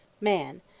man